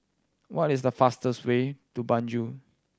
what is the fastest way to Banjul